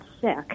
sick